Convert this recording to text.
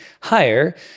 higher